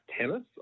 tennis